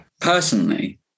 personally